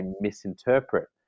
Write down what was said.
misinterpret